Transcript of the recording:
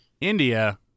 India